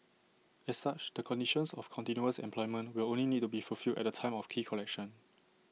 as such the conditions of continuous employment will only need to be fulfilled at the time of key collection